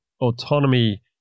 autonomy